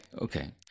okay